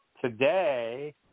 today –